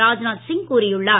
ராஜ்நாத் சிங் கூறியுள்ளார்